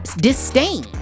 disdain